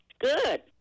good